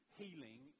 healing